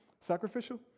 sacrificial